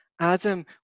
Adam